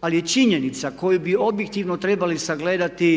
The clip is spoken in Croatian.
ali činjenica koju bi objektivno trebali sagledati